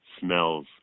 smells